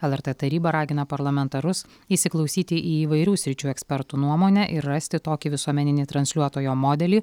lrt taryba ragina parlamentarus įsiklausyti į įvairių sričių ekspertų nuomonę ir rasti tokį visuomeninį transliuotojo modelį